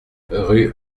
rue